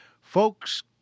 folks